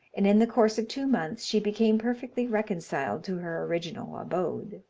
and in the course of two months she became perfectly reconciled to her original abode.